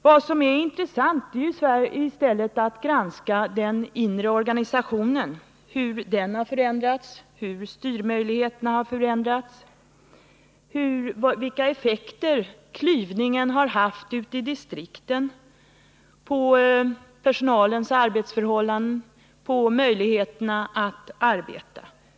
Vad som är intressant är i stället att granska den inre organisationen — hur den har förändrats, hur styrmöjligheterna har förändrats, vilka effekter klyvningen har fått ute i distrikten, på personalens arbetsförhållanden, på möjligheterna att arbeta.